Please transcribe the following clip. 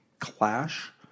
clash